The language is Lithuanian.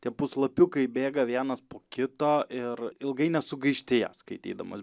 tie puslapiukai bėga vienas po kito ir ilgai nesugaišti ją skaitydamas